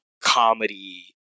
comedy